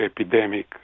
epidemic